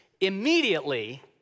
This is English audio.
immediately